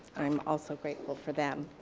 i'm also grateful for them.